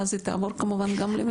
ואז היא תעבור כמובן גם לממשלה.